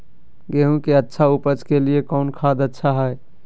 गेंहू के अच्छा ऊपज के लिए कौन खाद अच्छा हाय?